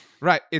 right